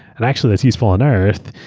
and actually, that's useful on earth.